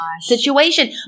situation